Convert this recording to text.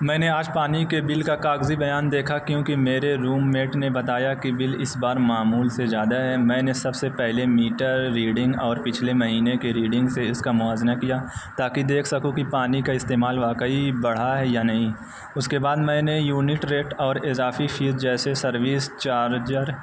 میں نے آج پانی کے بل کا کاغذی بیان دیکھا کیوںکہ میرے روم میٹ نے بتایا کہ بل اس بار معمول سے زیادہ ہے میں نے سب سے پہلے میٹر ریڈنگ اور پچھلے مہینے کے ریڈنگ سے اس کا موازنہ کیا تاکہ دیکھ سکوں کہ پانی کا استعمال واقعی بڑھا ہے یا نہیں اس کے بعد میں نے یونٹ ریٹ اور اضافی فیس جیسے سروس چارج